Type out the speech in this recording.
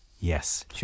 Yes